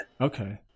Okay